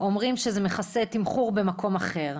אומרים שזה מכסה תמחור במקום אחר.